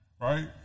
right